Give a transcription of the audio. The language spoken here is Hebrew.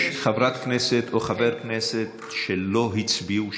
יש חבר כנסת או חברת כנסת שלא הצביעו,